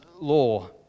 law